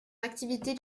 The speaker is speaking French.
activité